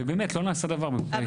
ובאמת, לא נעשה דבר, בהסתכלות שלי.